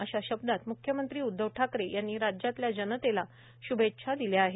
अशा शब्दात म्ख्यमंत्री उद्धव ठाकरे यांनी राज्यातल्या जनतेला श्भेच्छा दिल्या आहेत